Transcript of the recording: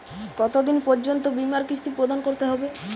কতো দিন পর্যন্ত বিমার কিস্তি প্রদান করতে হবে?